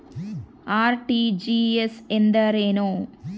RTGS ಎಂದರೇನು?